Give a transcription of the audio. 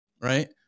right